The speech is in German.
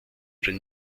den